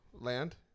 Land